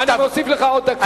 אני מוסיף לך עוד דקה.